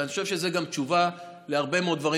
ואני חושב שזאת תשובה גם להרבה מאוד דברים